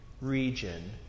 Region